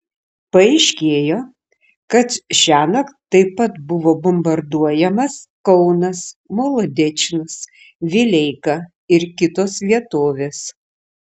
paaiškėjo kad šiąnakt taip pat buvo bombarduojamas kaunas molodečnas vileika ir kitos vietovės